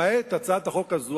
למעט הצעת החוק הזו,